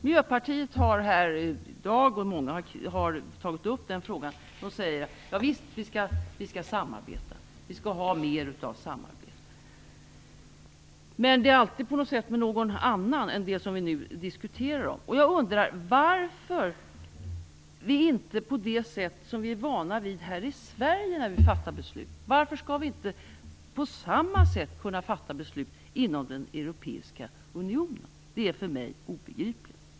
Miljöpartiet har här i dag, något som många har tagit upp, sagt att ja visst skall vi samarbeta. Vi skall ha mer samarbete. Men det gäller på något sätt alltid något annat än det vi nu diskuterar. Jag undrar varför vi inte skall kunna fatta beslut på samma sätt inom den europeiska unionen som här i Sverige. Det är för mig obegripligt.